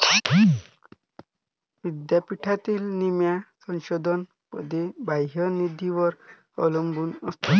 विद्यापीठातील निम्म्या संशोधन पदे बाह्य निधीवर अवलंबून असतात